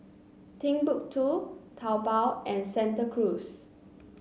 Timbuk two Taobao and Santa Cruz